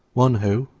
one who,